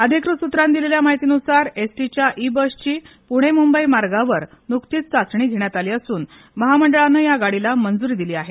अधिकृत सूत्रांनी दिलेल्या माहितीनुसार एस टी च्या ई बसची पुणे मुंबई मार्गावर नुकतीच चाचणी घेण्यात आली असून महामंडळान या गाडीला मंजूरी दिली आहे